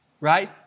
right